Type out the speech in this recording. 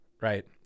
right